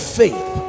faith